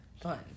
fun